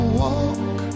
walk